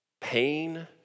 pain